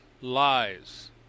lies